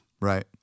Right